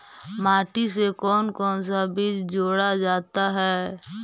माटी से कौन कौन सा बीज जोड़ा जाता है?